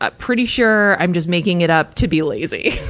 ah pretty sure i'm just making it up to be lazy.